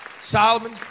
Solomon